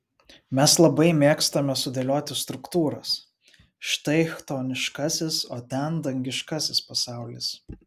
mes labai mėgstame sudėlioti struktūras štai chtoniškasis o ten dangiškasis pasaulis